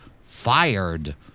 fired